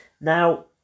Now